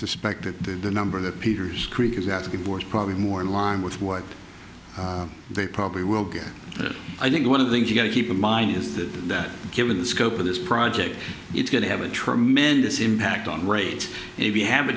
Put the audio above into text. suspect that the number that peters creek is asking for is probably more in line with what they probably will get but i think one of the things you got to keep in mind is that that given the scope of this project it's going to have a tremendous impact on rate and we have a